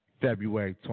February